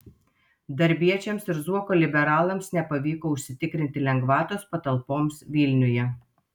darbiečiams ir zuoko liberalams nepavyko užsitikrinti lengvatos patalpoms vilniuje